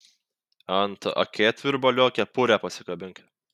ant akėtvirbalio kepurę pasikabink